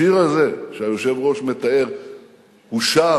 השיר הזה שהיושב-ראש מתאר הושר